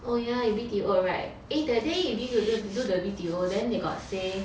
oh yeah you B_T_O [right] eh that day you need to do the B_T_O then they got say